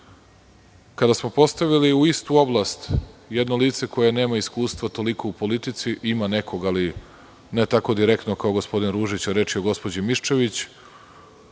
Kada smo postavili u istu oblast jedno lice koje nema iskustva toliko u politici, ima nekog, ali ne tako direktnog, kao gospodin Ružić, reč je o gospođi Miščević,